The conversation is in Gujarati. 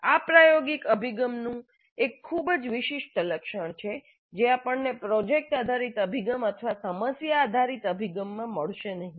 આ પ્રાયોગિક અભિગમનું એક ખૂબ જ વિશિષ્ટ લક્ષણ છે જે આપણને પ્રોજેક્ટ આધારિત અભિગમ અથવા સમસ્યા આધારિત અભિગમમાં મળશે નહીં